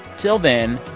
till then,